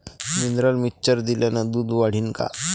Mineral mixture दिल्यानं दूध वाढीनं का?